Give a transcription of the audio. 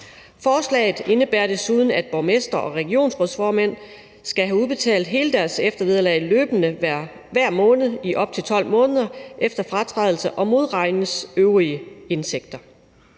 Forslaget indebærer desuden, at borgmestre og regionsrådsformænd skal have udbetalt hele deres eftervederlag løbende hver måned i op til 12 måneder efter fratrædelse og modregnes øvrige indtægter.